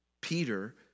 Peter